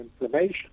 information